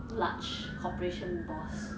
large corporation boss